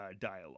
dialogue